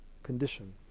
condition